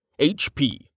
HP